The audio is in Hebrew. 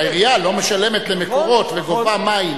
כשהעירייה לא משלמת ל"מקורות" וגובה מים,